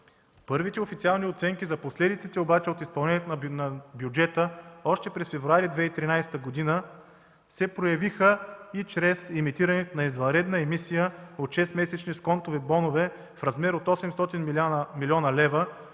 Първите официални оценки за последиците обаче от изпълнението на бюджета още от месец февруари 2013 г. се проявиха чрез емитирането на извънредна емисия от шестмесечни сконтови бонове в размер от 800 млн. лв.,